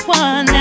one